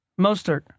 Mostert